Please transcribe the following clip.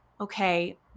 okay